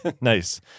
nice